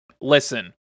Listen